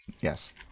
Yes